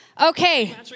okay